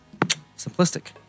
simplistic